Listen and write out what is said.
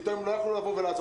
פתאום הם לא יכלו לבוא ולעזור,